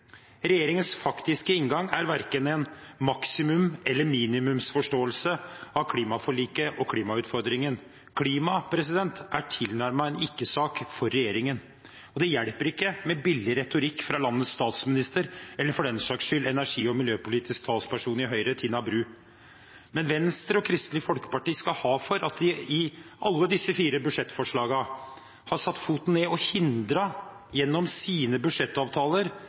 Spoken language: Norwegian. Regjeringens faktiske inngang er verken en maksimums- eller minimumsforståelse av klimaforliket og klimautfordringen. Klima er tilnærmet en ikke-sak for regjeringen. Det hjelper ikke med billig retorikk fra landets statsminister eller for den saks skyld fra energi- og miljøpolitisk talsperson i Høyre Tina Bru. Men Venstre og Kristelig Folkeparti skal ha for at de i alle disse fire budsjettforslagene har satt foten ned og gjennom sine budsjettavtaler